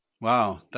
Wow